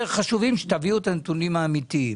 הנתונים האמיתיים